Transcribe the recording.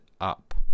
up